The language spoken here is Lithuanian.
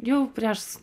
jau prieš